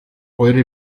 eure